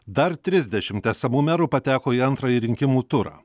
dar trisdešimt esamų merų pateko į antrąjį rinkimų turą